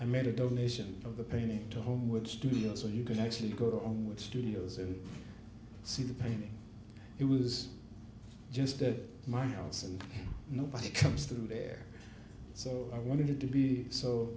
i made a donation of the painting to homewood studios where you can actually go on with studios and see the painting it was just that miles and nobody comes through there so i wanted to be so